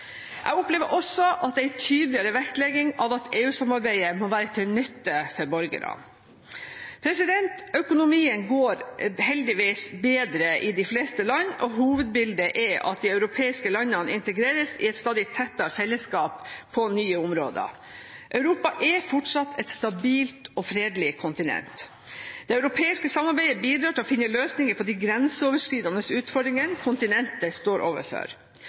Jeg opplever også at det er en tydeligere vektlegging av at EU-samarbeidet må være til nytte for borgerne. Økonomien går heldigvis bedre i de fleste land, og hovedbildet er at de europeiske landene integreres i et stadig tettere fellesskap på nye områder. Europa er fortsatt et stabilt og fredelig kontinent. Det europeiske samarbeidet bidrar til å finne løsninger på de grenseoverskridende utfordringene kontinentet står overfor.